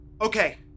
Okay